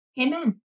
Amen